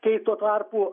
kai tuo tarpu